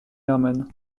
herman